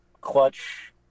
clutch